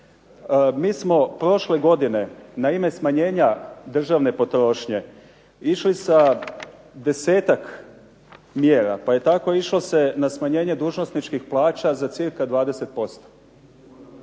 Mi smo prošle godine na ime smanjenja državne potrošnje išli sa desetak mjera, pa je tako išlo se na smanjenje dužnosničkih plaća za cirka 20%.